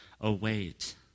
await